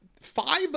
Five